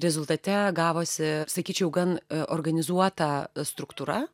rezultate gavosi sakyčiau gan organizuota struktūra